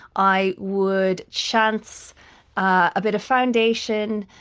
i would chance a bit of foundation,